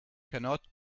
cannot